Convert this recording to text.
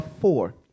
four